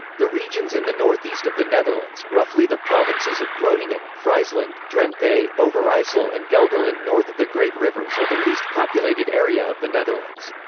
the regions in the northeast of the netherlands, roughly the provinces of groningen, friesland, drenthe, overijssel and gelderland north of the great rivers are the least populated area of the netherlands.